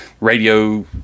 radio